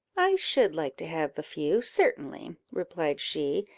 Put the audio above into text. i should like to have a few certainly, replied she,